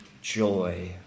joy